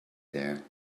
there